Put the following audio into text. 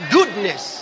Goodness